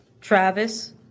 Travis